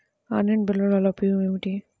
Online బిల్లుల వల్ల ఉపయోగమేమిటీ?